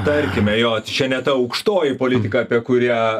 tarkime jo čia ne ta aukštoji politika apie kurią